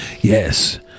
Yes